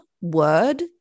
word